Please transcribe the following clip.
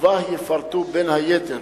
ובה יפרטו, בין היתר,